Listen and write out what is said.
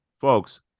folks